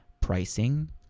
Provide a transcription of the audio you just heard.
pricing